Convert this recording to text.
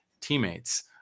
teammates